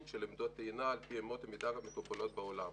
של עמדות טעינה על פי אמות המידה המקובלות בעולם.